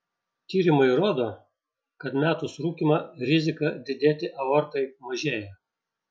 tyrimai rodo kad metus rūkymą rizika didėti aortai mažėja